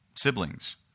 Siblings